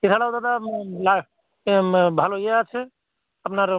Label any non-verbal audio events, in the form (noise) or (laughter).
এছাড়াও দাদা (unintelligible) ভালো ইয়ে আছে আপনার